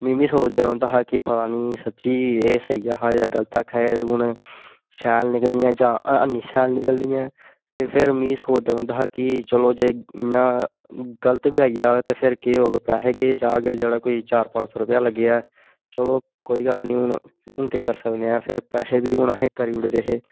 में बी सोचदा रौंह्दा हा कि पता नेईं सच्ची एह् स्हेई आखै दे जां गलत आखै दे हून शैल निकलनी है जा हैं निं शैल निकलनी ते फिर मी सोचदा रौंह्दा हा कि चलो जे इन्ना गल्त बी आई जाग ते फिर केह् होग पैसे गै जाङन जेह्ड़ा कोई चार पंज सौ रपेआ लग्गेआ ऐ चलो कोई गल्ल नेईं हून हून केह् करी सकने आं फिर पैसे बी हून असें करी ओड़े दे हे